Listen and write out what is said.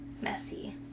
messy